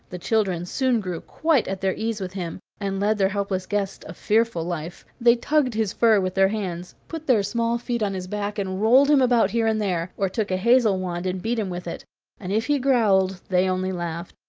the children soon grew quite at their ease with him, and led their helpless guest a fearful life. they tugged his fur with their hands, put their small feet on his back, and rolled him about here and there, or took a hazel wand and beat him with it and if he growled they only laughed.